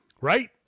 right